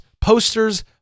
Posters